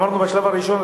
לפחות בשלב ראשון,